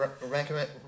recommend